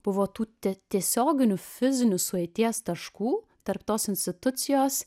buvo tų tie tiesioginių fizinių sueities taškų tarp tos institucijos